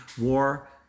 war